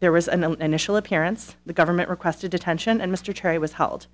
there was an initial appearance the government requested detention and mr cherry was held